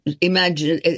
imagine